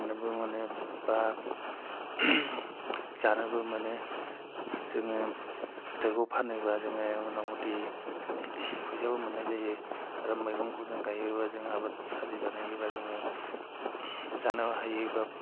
फाननोबो मोनो एबा जानोबो मोनो जोङो फिथाइखौ फानोब्ला जोङो मथा मथि फैसाबो मोननाय जायो आरो मैगंखौ जों गायोब्ला जों आबाद आरि बानायोब्ला जोङो जानोबो हायो एबा